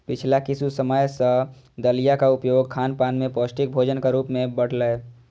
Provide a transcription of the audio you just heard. पिछला किछु समय सं दलियाक उपयोग खानपान मे पौष्टिक भोजनक रूप मे बढ़लैए